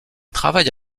travaille